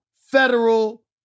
Federal